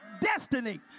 destiny